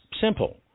simple